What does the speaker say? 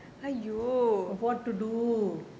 what to do